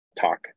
talk